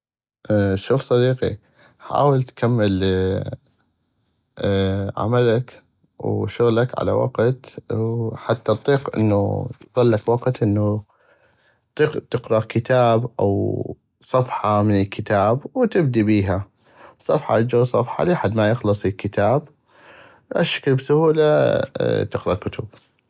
شوف صديقي حاول تكمل عملك وشغلك على وقت حتى اطيق انو يظلك وقت انو اطيق تقرا كتاب او صفحة من كتاب وتبدي بيها صفحة تجغ صفحة لحد ما يخلص الكتاب هشكل بسهولة تقرا كتب.